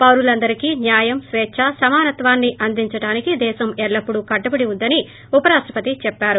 పౌరులందరికీ న్యాయం స్పేచ్చ సమానత్వాన్ని అందించడానికి దేశం ఎల్లప్పుడూ కట్టుబడి ఉందని ఉపరాష్టపతి చెప్పారు